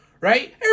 Right